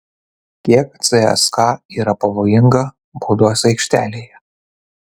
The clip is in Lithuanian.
kiek cska yra pavojinga baudos aikštelėje